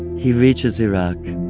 he reaches iraq.